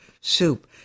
soup